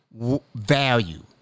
value